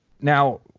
now